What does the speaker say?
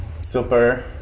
super